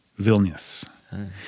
Vilnius